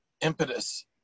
impetus